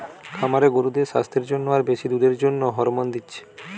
খামারে গরুদের সাস্থের জন্যে আর বেশি দুধের জন্যে হরমোন দিচ্ছে